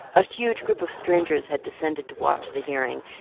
a huge group of strangers had descended to watch the hearing,